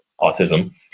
autism